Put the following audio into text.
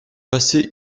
passer